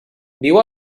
viu